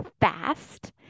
fast